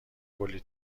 کلّی